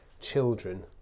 children